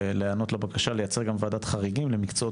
ולהיענות לבקשה לייצר גם ועדת חריגים למקצועות